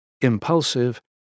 impulsive